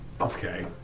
Okay